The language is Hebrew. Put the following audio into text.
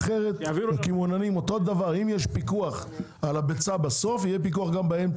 כאשר אותו אחד מגדל את התרנגולת ומביא לה אוכל,